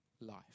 life